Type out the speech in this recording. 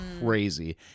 crazy